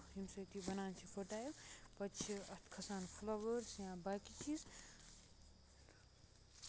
یِم چھِ أتی بَنان چھِ فرٹایِل پَتہٕ چھِ اَتھ کھسان فٔلاوٲرٕس یا باقٕے چیٖز